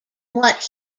what